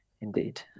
Indeed